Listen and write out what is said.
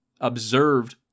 observed